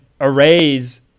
arrays